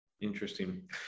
Interesting